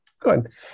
Good